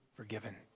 forgiven